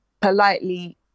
politely